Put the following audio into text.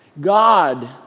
God